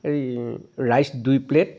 এই ৰাইচ দুই প্লে'ট